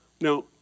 Now